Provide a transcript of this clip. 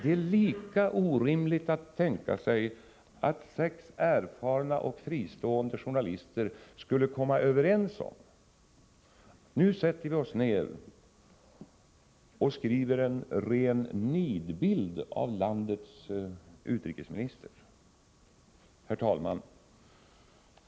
Det är lika orimligt att tänka sig att sex erfarna och fristående journalister skulle komma överens om att sätta sig ned och skriva en ren nidbild av landets utrikesminister. Herr talman!